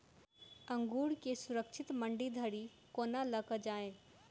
अंगूर केँ सुरक्षित मंडी धरि कोना लकऽ जाय?